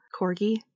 corgi